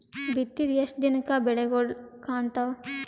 ಬಿತ್ತಿದ ಎಷ್ಟು ದಿನಕ ಬೆಳಿಗೋಳ ಕಾಣತಾವ?